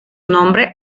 nombre